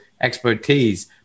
expertise